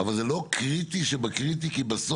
אבל זה לא קריטי שבקריטי, כי בסוף